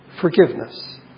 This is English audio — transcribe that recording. forgiveness